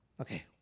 Okay